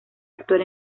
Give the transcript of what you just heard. actor